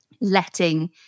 letting